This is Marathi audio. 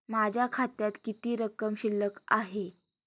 माझ्या खात्यात किती रक्कम शिल्लक आहे?